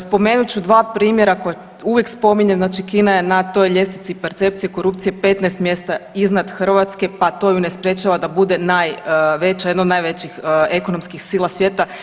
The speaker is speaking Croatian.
Spomenut ću dva primjera koja uvijek spominjem, znači Kina je na toj ljestvici percepcije korupcija 15 mjesta iznad Hrvatske, pa to ju ne sprječava da bude najveća, jedna od najvećih ekonomskih sila svijeta.